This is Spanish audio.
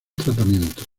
tratamiento